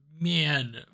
man